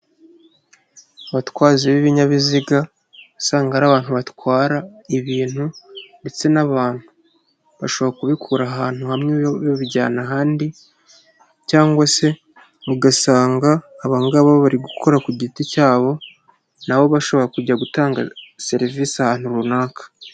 Abatwazi b'ibinyabiziga usanga ari abantu batwara ibintu ndetse n'abantu, bashobora kubikura ahantu hamwe babijyana ahandi cyangwa se ugasanga aba ngabo bari gukora ku giti cyabo na bo bashobora kujya gutanga serivise ahantu runaka.